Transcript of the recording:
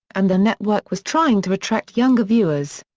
and the network was trying to attract younger viewers.